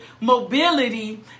mobility